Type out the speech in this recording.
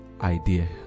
idea